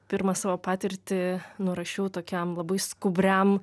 pirmą savo patirtį nurašiau tokiam labai skubriam